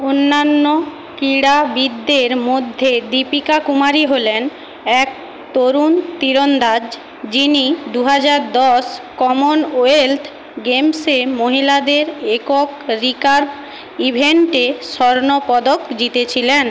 অন্যান্য ক্রীড়াবিদদের মধ্যে দীপিকা কুমারী হলেন এক তরুণ তীরন্দাজ যিনি দু হাজার দশ কমনওয়েলথ গেম্সে মহিলাদের একক রিকার্ভ ইভেন্টে স্বর্ণপদক জিতেছিলেন